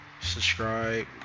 Subscribe